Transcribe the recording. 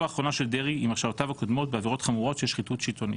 האחרונה של דרעי עם הרשעותיו הקודמות בעבירות חמורות של שחיתות שלטונית,